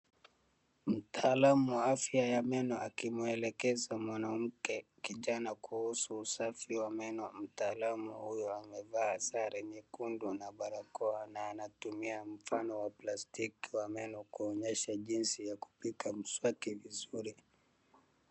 Mtaalamu wa afya ya meno akimwelekeza mwanamke kijana kuhusu usafi wa meno. Mtaalamu huyo amevaa sare nyekundu na barakoa na anatumia mfano wa plastiki wa meno kuonyesha jinsi ya kupiga mswaki vizuri.